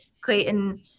Clayton